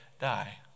die